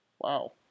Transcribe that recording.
Wow